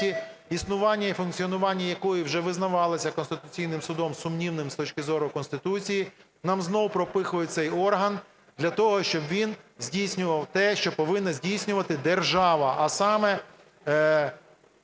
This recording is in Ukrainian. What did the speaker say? Існування і функціонування якого вже визначалось Конституційним Судом сумнівним з точки зору Конституції, нам знову пропихують цей орган для того, щоб він здійснював те, що повинно здійснювати держава, а саме